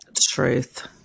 Truth